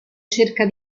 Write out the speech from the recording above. cerca